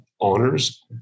honors